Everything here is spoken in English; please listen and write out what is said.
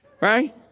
Right